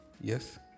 yes